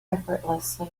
effortlessly